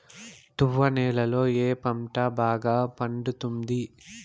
తువ్వ నేలలో ఏ పంట బాగా పండుతుంది?